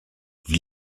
wie